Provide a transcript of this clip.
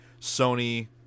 Sony